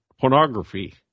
pornography